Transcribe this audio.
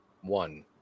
one